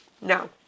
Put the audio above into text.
No